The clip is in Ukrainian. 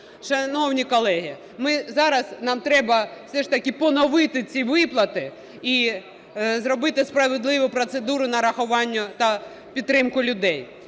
Шановні колеги, зараз нам треба все ж таки поновити ці виплати і зробити справедливу процедуру нарахування та підтримку людей.